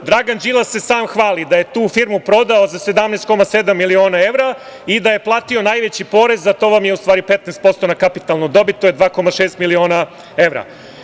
Dragan Đilas se sam hvali da je tu firmu prodao za 17,7 miliona evra i da je platio najveći porez, a to je 15% na kapitalnu dobit, to je 2,6 miliona evra.